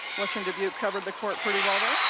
western dubuque covered the court pretty well there.